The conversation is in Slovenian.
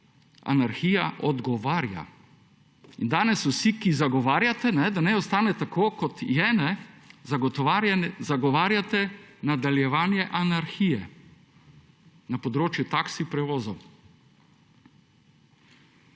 anarhija odgovarja. In danes vsi, ki zagovarjate, da naj ostane tako, kot je, zagovarjate nadaljevanje anarhije. Na področju taksi prevozov.